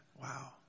Wow